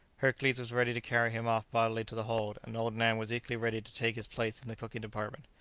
hercules was ready to carry him off bodily to the hold, and old nan was equally ready to take his place in the cooking department.